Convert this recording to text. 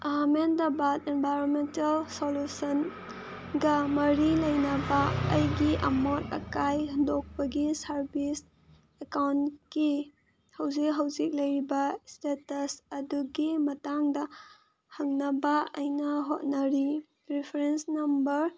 Ahmedabad environmental ꯁꯣꯂꯨꯁꯟꯒ ꯃꯔꯤ ꯂꯩꯅꯕ ꯑꯩꯒꯤ ꯑꯃꯣꯠ ꯑꯀꯥꯏ ꯍꯨꯟꯗꯣꯛꯄꯒꯤ ꯁꯥꯔꯕꯤꯁ ꯑꯦꯛꯀꯥꯎꯟꯀꯤ ꯍꯧꯖꯤꯛ ꯍꯧꯖꯤꯛ ꯂꯩꯔꯤꯕ ꯏꯁꯇꯦꯇꯁ ꯑꯗꯨꯒꯤ ꯃꯇꯥꯡꯗ ꯍꯪꯅꯕ ꯑꯩꯅ ꯍꯣꯠꯅꯔꯤ ꯔꯤꯐꯔꯦꯟꯁ ꯅꯝꯕꯔ